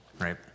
right